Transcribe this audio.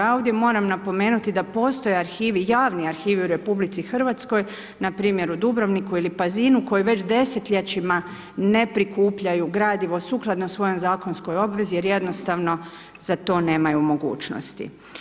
Ja ovdje moram napomenuti da postoje arhivi, javni arhivi u Republici Hrvatskoj na primjer u Dubrovniku ili Pazinu koji već desetljećima ne prikupljaju gradivo sukladno svojoj zakonskoj obvezi, jer jednostavno za to nemaju mogućnosti.